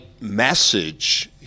message